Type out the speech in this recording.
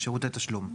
לשירותי תשלום.